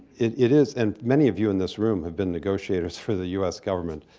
it it is and many of you in this room have been negotiators for the u s. government,